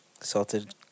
Salted